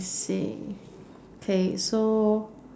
see K so